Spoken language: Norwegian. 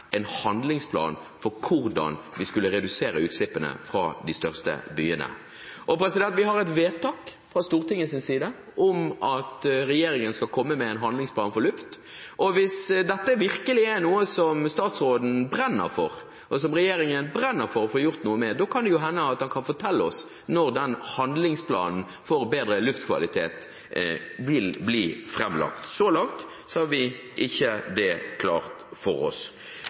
en handlingsplan for hvordan vi skulle redusere utslippene fra de største byene. Vi har et vedtak fra Stortingets side om at regjeringen skal komme med en handlingsplan for bedre luftkvalitet. Hvis dette virkelig er noe som statsråden og regjeringen brenner for å få gjort noe med, kan det hende at statsråden kan fortelle oss når handlingsplanen for bedre luftkvalitet vil bli framlagt. Så langt har vi ikke det klart for oss.